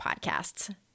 podcasts